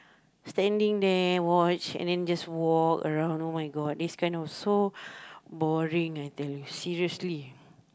standing there watch and then just walk around oh-my-god this kind of so boring I tell you seriously